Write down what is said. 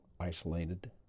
isolated